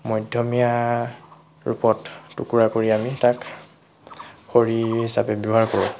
মধ্যমীয়া ৰূপত টুকুৰা কৰি আমি তাক খৰি হিচাবে ব্যৱহাৰ কৰোঁ